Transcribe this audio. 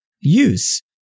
use